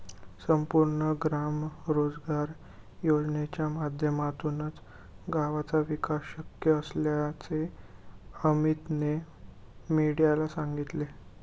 संपूर्ण ग्राम रोजगार योजनेच्या माध्यमातूनच गावाचा विकास शक्य असल्याचे अमीतने मीडियाला सांगितले